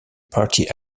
party